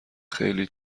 خیلی